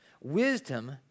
Wisdom